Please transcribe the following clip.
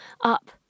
up